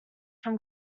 from